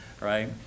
right